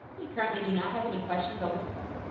we currently do not have any questions over the phone.